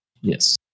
yes